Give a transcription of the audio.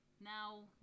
Now